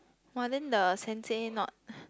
!wah! then the Sensei not